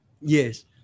yes